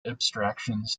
abstractions